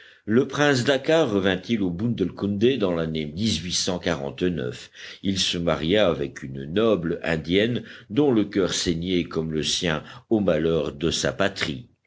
le prince dakkar revint il au bundelkund dans l'année il se maria avec une noble indienne dont le coeur saignait comme le sien aux malheurs de sa patrie